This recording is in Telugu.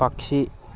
పక్షి